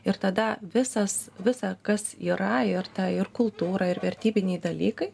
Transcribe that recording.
ir tada visas visa kas yra ir ta ir kultūra ir vertybiniai dalykai